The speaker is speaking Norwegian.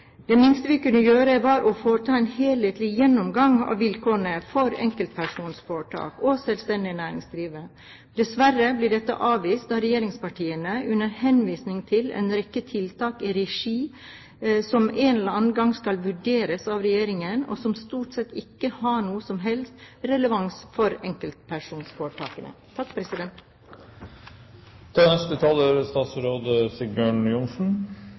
Det minste vi kunne gjøre, var å foreta en helhetlig gjennomgang av vilkårene for enkeltpersonforetak og selvstendig næringsdrivende. Dessverre blir dette avvist av regjeringspartiene under henvisning til en rekke tiltak som en eller annen gang skal vurderes av regjeringen, og som stort sett ikke har noen som helst relevans for enkeltpersonforetakene. For det første vil jeg få lov til å si at det er